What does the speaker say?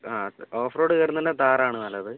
ആഹ് off road കയറുന്നുണ്ടെങ്കിൽ ഥാർ ആണ് നല്ലത്